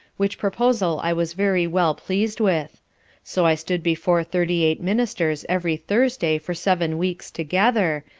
which proposal i was very well pleased with so i stood before thirty eight ministers every thursday for seven weeks together,